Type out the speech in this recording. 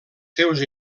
seus